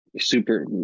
super